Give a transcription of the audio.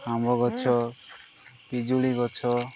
ଆମ୍ବ ଗଛ ପିଜୁଳି ଗଛ